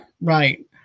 right